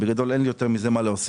בגדול, אין לי יותר מזה מה להוסיף.